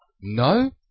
No